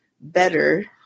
better